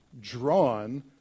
drawn